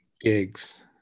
gigs